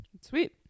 Sweet